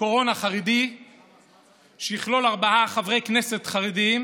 קורונה חרדי שיכלול ארבעה חברי כנסת חרדים